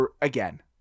again